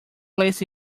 places